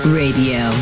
radio